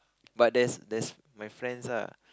but there's there's my friends ah